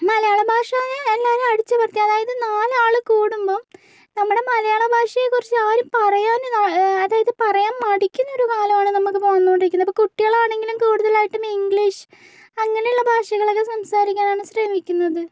മലയാള ഭാഷ എല്ലാരും അടിച്ചമർത്തി അതായത് നാലാളു കൂടുമ്പം നമ്മുടെ മലയാള ഭാഷയെക്കുറിച്ച് ആരും പറയാന് അതായത് പറയാൻ മടിക്കുന്നൊരു കാലമാണ് നമുക്കിപ്പോൾ വന്നോണ്ടിരിക്കുന്നത് ഇപ്പോൾ കുട്ടികളാണെങ്കിലും കൂടുതലായിട്ടും ഇംഗ്ലീഷ് അങ്ങനെയുള്ള ഭാഷകളൊക്കെ സംസാരിക്കാനാണ് ശ്രമിക്കുന്നത്